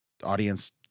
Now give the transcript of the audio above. audience